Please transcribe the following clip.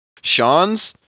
Sean's